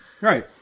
Right